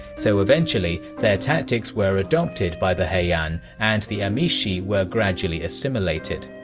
so eventually, their tactics were adopted by the heian and the emishi were gradually assimilated.